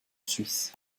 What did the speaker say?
suisse